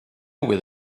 with